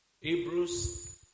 Hebrews